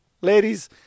ladies